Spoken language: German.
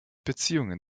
beziehungen